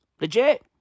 legit